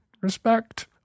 Respect